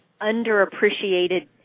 underappreciated